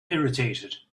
irritated